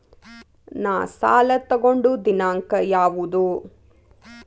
ನಾ ಸಾಲ ತಗೊಂಡು ದಿನಾಂಕ ಯಾವುದು?